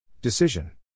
Decision